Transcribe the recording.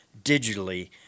digitally